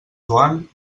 joan